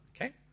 Okay